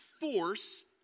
force